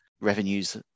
revenues